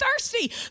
thirsty